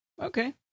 Okay